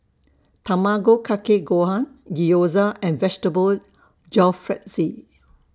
Tamago Kake Gohan Gyoza and Vegetable Jalfrezi